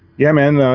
yeah, man.